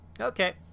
Okay